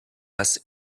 less